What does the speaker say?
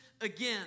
again